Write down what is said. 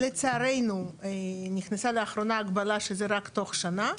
לצערנו, נכנסה לאחרונה הגבלה שזה רק תוך שנה.